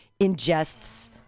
ingests-